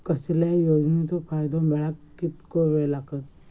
कसल्याय योजनेचो फायदो मेळाक कितको वेळ लागत?